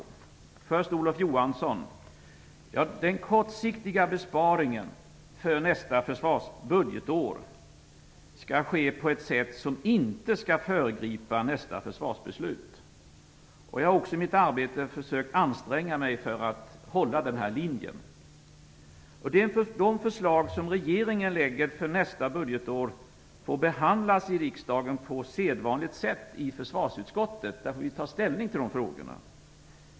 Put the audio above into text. Jag börjar med Olof Johanssons fråga. Den kortsiktiga besparingen inför nästa försvarsbudgetår skall ske på ett sätt som inte skall föregripa nästa försvarsbeslut. Jag har i mitt arbete också försökt att anstränga mig att hålla mig till den linjen. De förslag som regeringen lägger fram inför nästa budgetår får behandlas i riksdagen på sedvanligt sätt - i försvarsutskottet, där man får ta ställning till dessa frågor.